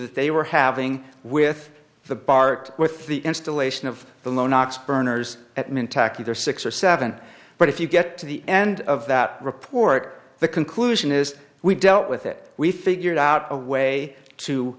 that they were having with the bart with the installation of the lone ox burners at mint taki there six or seven but if you get to the end of that report the conclusion is we dealt with it we figured out a way to